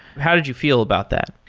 how did you feel about that?